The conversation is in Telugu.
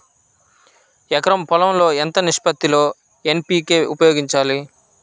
ఎకరం పొలం లో ఎంత నిష్పత్తి లో ఎన్.పీ.కే ఉపయోగించాలి?